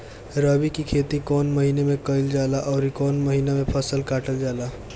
रबी की खेती कौने महिने में कइल जाला अउर कौन् महीना में फसलवा कटल जाला?